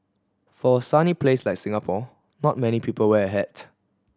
for a sunny place like Singapore not many people wear a hat